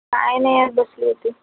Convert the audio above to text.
काय नाही बसले होते